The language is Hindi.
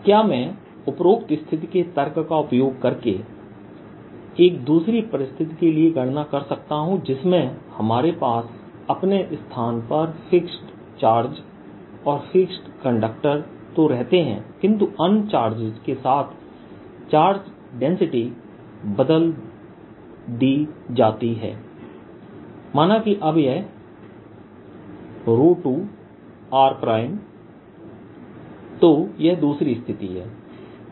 क्या मैं उपरोक्त स्थिति के तर्क का उपयोग करके एक दूसरी परिस्थिति के लिए गणना कर सकता हूं जिसमें हमारे पास अपने स्थान पर फिक्स्ड चार्ज और फिक्स्ड कंडक्टर तो रहते हैं किंतु अन्य चार्जेस के साथ चार्ज डेंसिटी बदल दी जाती है माना कि अब यह 2r तो यह दूसरी स्थिति है